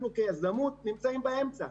ואנחנו כיזמים נמצאים באמצע,